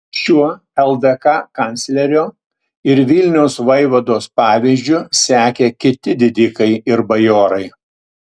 šiuo ldk kanclerio ir vilniaus vaivados pavyzdžiu sekė kiti didikai ir bajorai